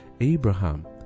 Abraham